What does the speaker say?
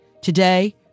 Today